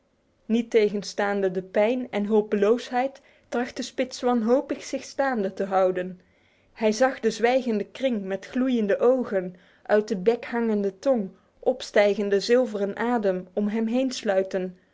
niettegenstaande de pijn en hulpeloosheid trachtte spitz wanhopig zich staande te houden hij zag de zwijgende kring met gloeiende ogen uit de bek hangende tongen opstijgende zilveren adem om hem heen sluiten